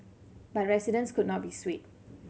but residents could not be swayed